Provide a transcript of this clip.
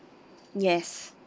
yes